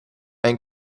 and